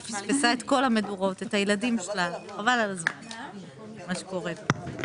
לפני כן היה דיון על חוק מאוד מורכב והקואליציה והאופוזיציה הצביעו יחד.